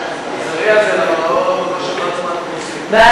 תחזרי על זה,